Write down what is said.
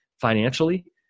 financially